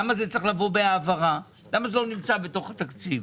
למה זה צריך לבוא בהעברה ולמה זה לא נמצא בתוך התקציב.